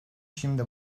şimdi